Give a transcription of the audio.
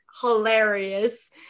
hilarious